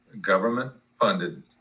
government-funded